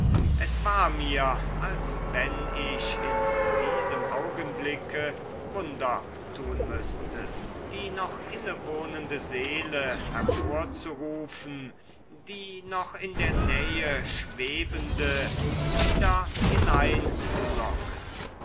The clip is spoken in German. es war mir als wenn ich in diesem augenblicke wunder tun müßte die noch inwohnende seele hervorzurufen die noch in der nähe schwebende wieder